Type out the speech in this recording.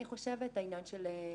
כן.